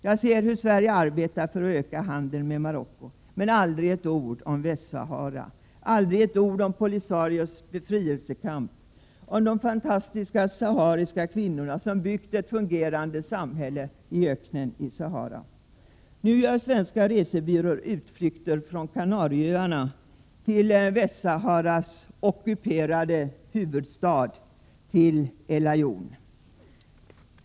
Jag ser hur Sverige arbetar för att öka handeln med Marocko. Men det sägs aldrig ett ord om Västsahara, aldrig ett ord om Polisarios befrielsekamp och aldrig ett ord om de fantastiska sahariska kvinnorna, som byggt ett fungerande samhälle i Saharas öken. Nu gör svenska resebyråer utflykter från Kanarieöarna till Västsaharas ockuperade huvudstad, El-Aaiun.